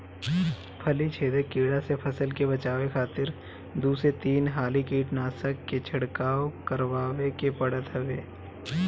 फली छेदक कीड़ा से फसल के बचावे खातिर दू से तीन हाली कीटनाशक के छिड़काव करवावे के पड़त हवे